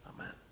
Amen